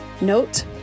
Note